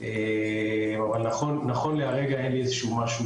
אבל נכון להרגע אין לי משהו